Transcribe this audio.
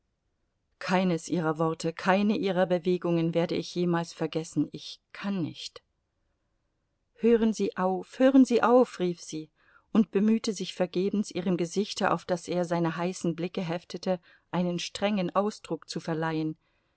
keines ihrer worte keine ihrer bewegungen werde ich jemals vergessen ich kann nicht hören sie auf hören sie auf rief sie und bemühte sich vergebens ihrem gesichte auf das er seine heißen blicke heftete einen strengen ausdruck zu verleihen